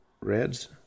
Reds